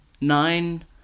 nine